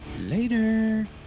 Later